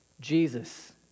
Jesus